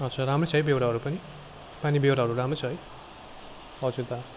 अच्छा राम्रै छ बेहोराहरू पनि बानी बेहोराहरू राम्रै छ है हजुर दा